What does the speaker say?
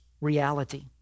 reality